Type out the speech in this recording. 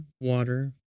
water